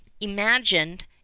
imagined